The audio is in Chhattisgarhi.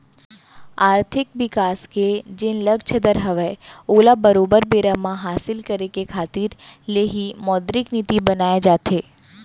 आरथिक बिकास के जेन लक्छ दर हवय ओला बरोबर बेरा म हासिल करे के खातिर ले ही मौद्रिक नीति बनाए जाथे